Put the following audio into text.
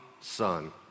son